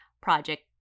Project